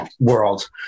World